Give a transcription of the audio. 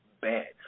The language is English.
bad